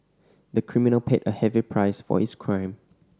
the criminal paid a heavy price for his crime